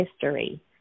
history